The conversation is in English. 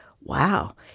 wow